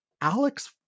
Alex